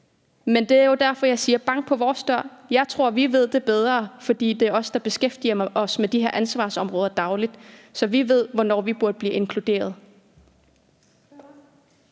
Men det er jo derfor, jeg siger: Bank på vores dør. Jeg tror, at vi ved det bedre, fordi det er os, der beskæftiger os med de her ansvarsområder dagligt. Så vi ved, hvornår vi burde blive inkluderet.